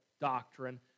doctrine